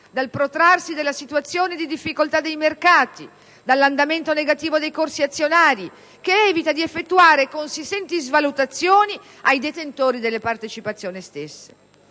dal protrarsi della situazione di difficoltà dei mercati e dall'andamento negativo dei corsi azionari, che evita di effettuare consistenti svalutazioni ai detentori delle partecipazioni stesse.